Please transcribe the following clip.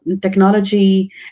technology